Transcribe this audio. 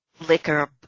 liquor